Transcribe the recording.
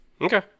Okay